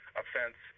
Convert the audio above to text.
offense